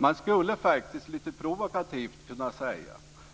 Man skulle faktiskt lite provokativt kunna säga